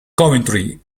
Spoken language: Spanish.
coventry